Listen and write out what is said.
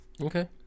Okay